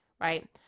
Right